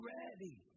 ready